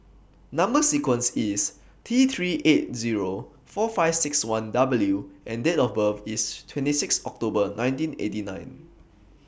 Number sequence IS T three eight Zero four five six one W and Date of birth IS twenty six October nineteen eighty nine